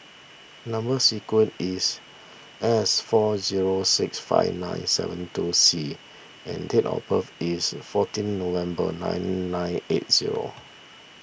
Number Sequence is S four zero six five nine seven two C and date of birth is fourteen November nine nine eight zero